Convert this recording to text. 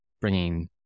bringing